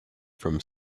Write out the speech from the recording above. from